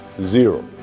zero